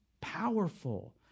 powerful